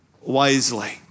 wisely